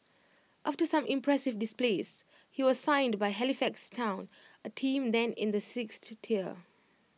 after some impressive displays he was signed by Halifax Town A team then in the sixth tier